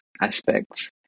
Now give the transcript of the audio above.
aspects